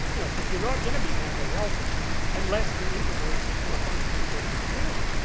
you know, because you're not going to be mentally healthy unless you're integrated into a functioning social community.